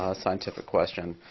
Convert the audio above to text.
ah scientific question.